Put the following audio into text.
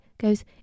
goes